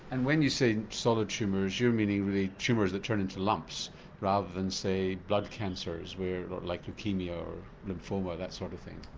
and when you say solid tumours you're meaning the tumours that turn into lumps rather than say blood cancers like leukaemia or lymphoma that sort of thing.